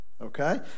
okay